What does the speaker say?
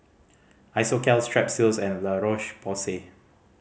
Isocal Strepsils and La Roche Porsay